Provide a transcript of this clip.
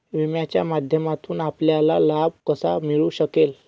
विम्याच्या माध्यमातून आपल्याला लाभ कसा मिळू शकेल?